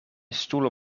stoel